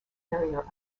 carrier